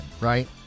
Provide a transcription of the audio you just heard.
right